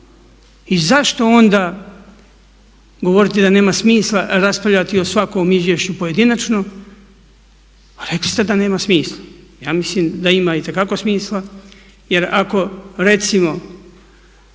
i zašto onda govoriti da nema smisla raspravljati o svakom izvješću pojedinačno a rekli ste da nema smisla. Ja mislim da ima itekako smisla jer ako recimo